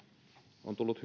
on tullut